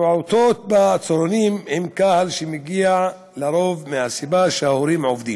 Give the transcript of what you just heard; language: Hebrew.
פעוטות בצהרונים הם קהל שמגיע לרוב מהסיבה שההורים עובדים,